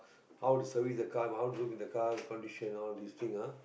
how to service a car how to look in the car condition all these thing ah